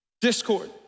discord